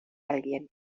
alguien